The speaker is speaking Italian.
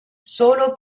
solo